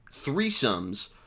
threesomes